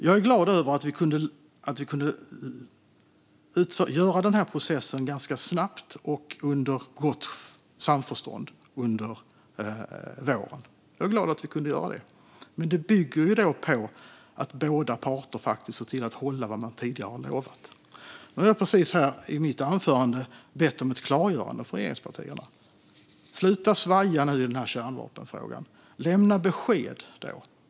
Jag är glad att vi under våren kunde genomgå den här processen ganska snabbt och i gott samförstånd. Jag är glad att vi kunde göra det, men det bygger på att båda parter faktiskt ser till att hålla vad man tidigare har lovat. I mitt anförande bad jag om ett klargörande från regeringspartierna: Sluta svaja i kärnvapenfrågan! Lämna besked!